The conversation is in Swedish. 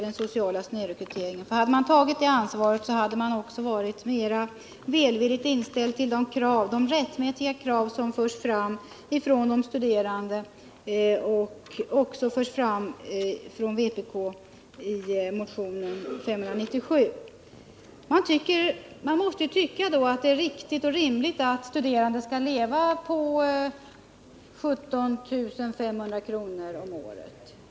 Hade folkpartiet tagit det ansvaret hade man också varit mer välvilligt inställd till de rättmätiga krav som förts fram från de studerande och också från vpk i motionen 597. Man måste således tycka att det är riktigt och rimligt att studerande skall leva på 17 500 kr. om året.